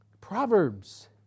proverbs